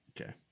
Okay